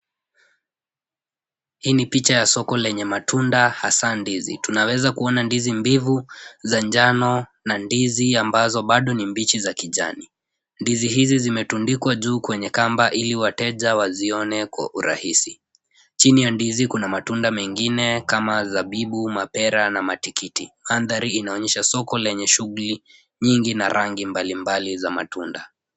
Hili ni picha la soko lenye matunda hasaa ndizi. Tunaweza kuona ndizi mbivu, za njano na ndizi ambazo bado ni mbichi za kijani. Ndizi hizi zimetundikwa juu kwenye kamba ili wateja wazione kwa urahisi. Chini ya ndizi kuna matunda mengine kama zabibu, mapera na matikiti. Mandhari yanaonyesha soko lenye shughuli nyingi na rangi mbali mbali za matunda.